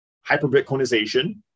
hyper-Bitcoinization